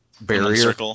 barrier